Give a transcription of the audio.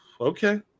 Okay